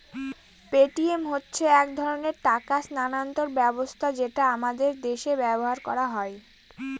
Paytm হচ্ছে এক ধরনের টাকা স্থানান্তর ব্যবস্থা যেটা আমাদের দেশে ব্যবহার করা হয়